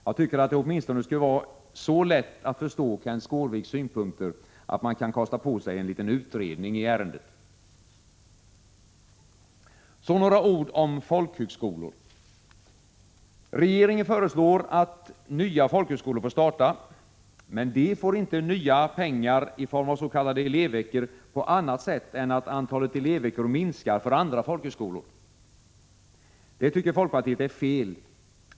Jag tycker att det åtminstone skulle vara så lätt att förstå Kenth Skårviks synpunkter, att man kan kosta på sig en liten utredning i ärendet. Så några ord om folkhögskolor. Regeringen föreslår att nya folkhögskolor får starta, men de får inga ”nya” pengar i form av s.k. elevveckor på annat sätt än att antalet elevveckor minskar för andra folkhögskolor. Det tycker folkpartiet är fel.